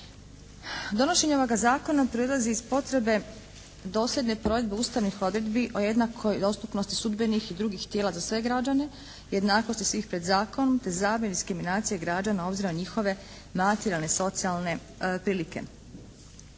Donošenje ovog zakona proizlazi iz potrebe dosljedne provedbe ustavnih odredbi o jednakoj dostupnosti sudbenih i drugih tijela za sve građane, jednakost svih pred zakonom te zabrani diskriminacije građana s obzirom na njihove materijalne, socijalne prilike.